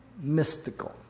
Mystical